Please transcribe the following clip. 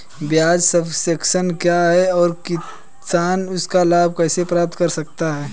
ब्याज सबवेंशन क्या है और किसान इसका लाभ कैसे प्राप्त कर सकता है?